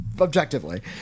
objectively